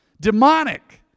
Demonic